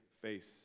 face